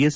S